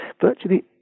Virtually